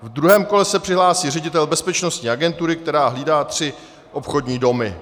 V druhém kole se přihlásí ředitel bezpečnostní agentury, která hlídá tři obchodní domy.